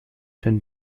dem